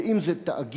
ואם זה תאגיד,